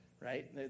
right